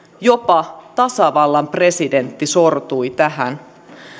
jopa tasavallan presidentti sortui tähän